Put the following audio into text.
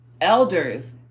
elders